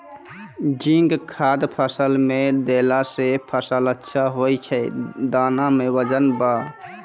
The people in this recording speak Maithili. जिंक खाद फ़सल मे देला से फ़सल अच्छा होय छै दाना मे वजन ब